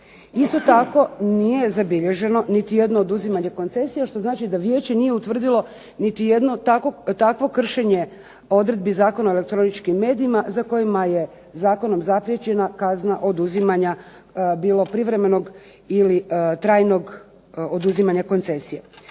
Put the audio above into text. Isto tako, nije zabilježeno niti jedno oduzimanje koncesije što znači da vijeće nije utvrdilo niti jedno takvo kršenje odredbi Zakona o elektroničkim medijima za kojima je zakonom zapriječena kazna oduzimanja bilo privremenog ili trajnog oduzimanja koncesije.